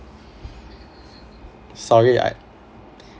sorry I